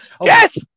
Yes